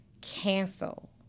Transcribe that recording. cancel